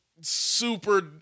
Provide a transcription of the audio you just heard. super